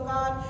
God